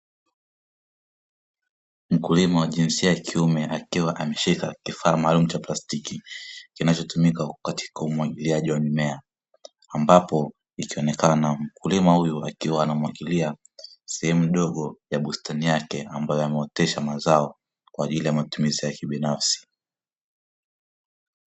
Mkulima wa jinsia ya kiume akiwa ameshika kifaa maalumu cha plastiki kinachotumika katika umwagiliaji wa mimie, ambapo ikionekana mkulima huyo akiwa anamwagilia sehemu ndogo ya bustani yake ambayo yameoteshwa mazao kwa ajili ya matumizi yake kibinafsi.